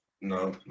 no